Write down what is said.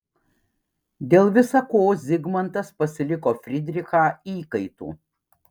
dėl visa ko zigmantas pasiliko fridrichą įkaitu